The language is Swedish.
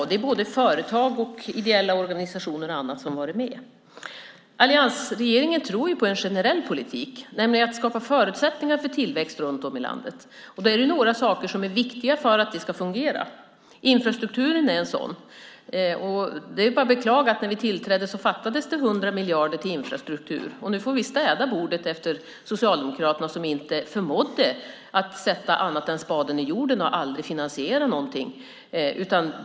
Och det är både företag och ideella organisationer och andra som har varit med. Alliansregeringen tror på en generell politik, nämligen att skapa förutsättningar för tillväxt runt om i landet. Då är det några saker som är viktiga för att det ska fungera. Infrastrukturen är en sådan. Det är bara att beklaga att det, när vi tillträdde, fattades 100 miljarder till infrastruktur. Nu får vi städa bordet efter Socialdemokraterna som inte förmådde annat än att sätta spaden i jorden - de finansierade aldrig någonting.